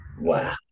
Wow